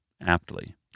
aptly